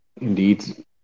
indeed